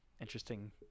interesting